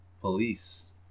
police